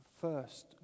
first